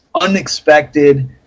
unexpected